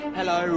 Hello